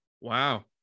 wow